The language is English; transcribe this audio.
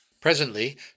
Presently